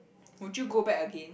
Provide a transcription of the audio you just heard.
would you go back again